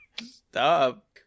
stop